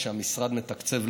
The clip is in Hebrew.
שהמשרד מתקצב,